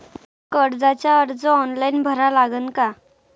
कर्जाचा अर्ज ऑनलाईन भरा लागन का?